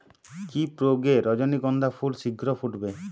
কি প্রয়োগে রজনীগন্ধা ফুল শিঘ্র ফুটবে?